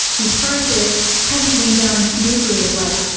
this process hasn't been going smoothly of late.